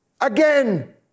Again